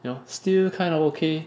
you know still kind of okay